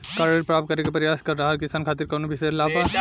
का ऋण प्राप्त करे के प्रयास कर रहल किसान खातिर कउनो विशेष लाभ बा?